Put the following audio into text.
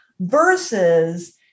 versus